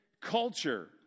culture